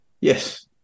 Yes